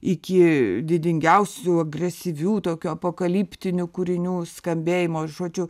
iki didingiausių agresyvių tokių apokaliptinių kūrinių skambėjimo žodžiu